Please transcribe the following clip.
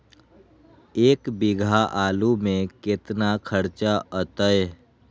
एक बीघा आलू में केतना खर्चा अतै?